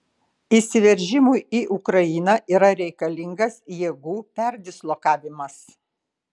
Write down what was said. įsiveržimui į ukrainą yra reikalingas jėgų perdislokavimas